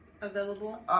available